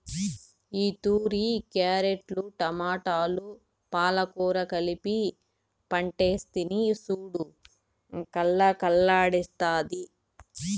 ఈతూరి క్యారెట్లు, టమోటాలు, పాలకూర కలిపి పంటేస్తిని సూడు కలకల్లాడ్తాండాది